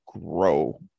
grow